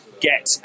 get